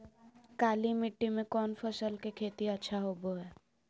काली मिट्टी में कौन फसल के खेती अच्छा होबो है?